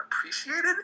appreciated